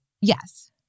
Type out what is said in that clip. Yes